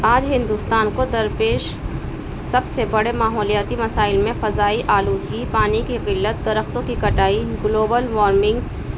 آج ہندوستان کو درپیش سب سے بڑے ماحولیاتی مسائل میں فضائی آلودگی پانی کی قلت درختوں کی کٹائی گلوبل وارمنگ